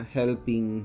helping